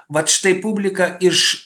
vat štai publika iš